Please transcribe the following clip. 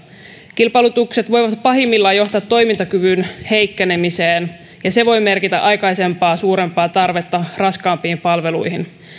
kilpailutukset voivat pahimmillaan johtaa toimintakyvyn heikkenemiseen ja se voi merkitä aikaisempaa suurempaa tarvetta raskaampiin palveluihin